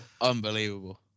unbelievable